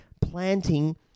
planting